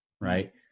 Right